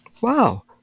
Wow